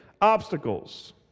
obstacles